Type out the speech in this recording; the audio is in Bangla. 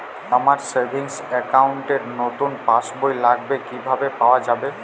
আমার সেভিংস অ্যাকাউন্ট র নতুন পাসবই লাগবে কিভাবে পাওয়া যাবে?